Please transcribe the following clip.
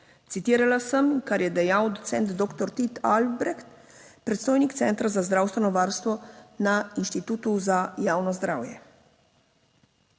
Citirala sem, kar je dejal docent doktor Tit Albreht, predstojnik Centra za zdravstveno varstvo na Inštitutu za javno zdravje.